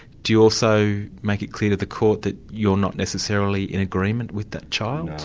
do you also make it clear to the court that you're not necessarily in agreement with that child?